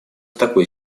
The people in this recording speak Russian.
такой